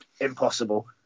impossible